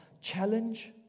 challenge-